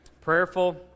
Prayerful